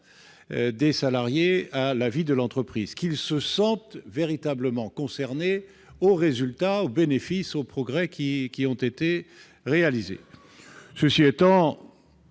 des salariés à la vie de l'entreprise, afin qu'ils se sentent véritablement concernés par les résultats, les bénéfices, les progrès réalisés. Cela étant,